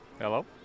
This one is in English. Hello